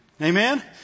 Amen